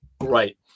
Right